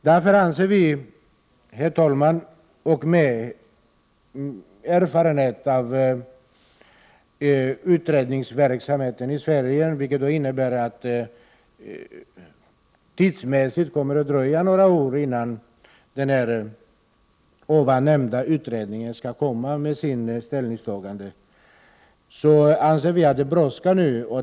Därför, herr talman, och med erfarenhet av utredningsverksamheten i Sverige, vilken innebär att det dröjer några år innan den nämnda utredningen kommer med sitt ställningstagande, anser vi att det brådskar.